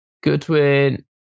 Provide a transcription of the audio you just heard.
Goodwin